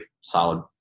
solid